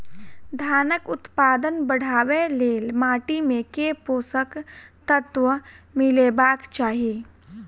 धानक उत्पादन बढ़ाबै लेल माटि मे केँ पोसक तत्व मिलेबाक चाहि?